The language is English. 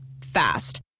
Fast